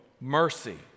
mercy